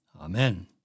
Amen